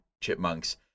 Chipmunks